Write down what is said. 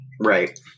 right